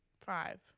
Five